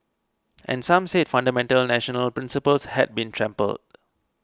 and some said fundamental national principles had been trampled